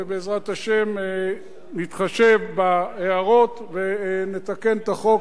ובעזרת השם נתחשב בהערות ונתקן את החוק,